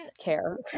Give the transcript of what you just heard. care